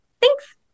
Thanks